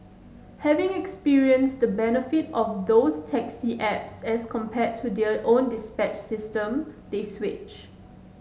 having experienced the benefits of those taxi apps as compared to their own dispatch system they switch